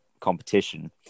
competition